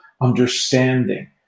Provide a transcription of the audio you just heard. understanding